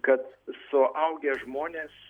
kad suaugę žmonės